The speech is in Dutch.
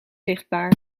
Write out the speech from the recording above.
zichtbaar